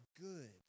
good